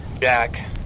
Jack